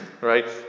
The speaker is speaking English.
right